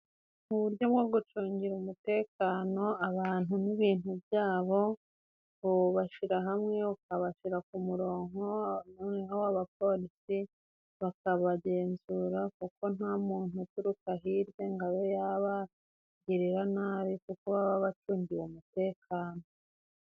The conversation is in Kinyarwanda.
Mu buryo bwo gucungira umutekano abantu n'ibintu byabo, ubashira hamwe, ukabashira ku murongo, Noneho abapolisi bakabagenzura kuko nta muntu uturuka hirya ngo abe yabagirira nabi kuko baba bacungiwe umutekano.